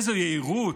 איזו יהירות,